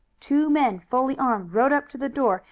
two men fully armed rode up to the door,